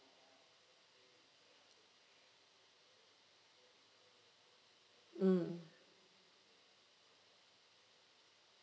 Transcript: mm